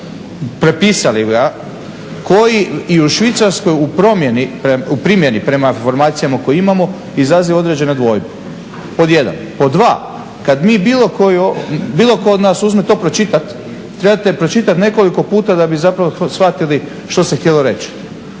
koji i u Švicarskoj i u primjeni, prema informacijama koje imamo, izaziva određene dvojbe, pod 1. Pod 2, kad bilo tko od nas uzme to pročitati, trebate pročitati nekoliko puta da bi zapravo shvatili što se htjelo reći.